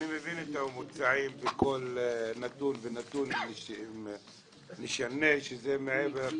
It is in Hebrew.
אני מבין את הממוצעים ושכל נתון ונתון משנה ושזה מעבר